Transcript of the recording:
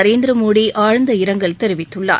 நரேந்திரமோடி ஆழ்ந்த இரங்கல் தெரிவித்துள்ளார்